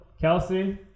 Kelsey